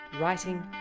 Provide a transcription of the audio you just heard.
Writing